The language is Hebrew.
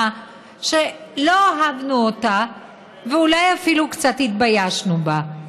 שלא אהבנו ואולי אפילו קצת התביישנו בה.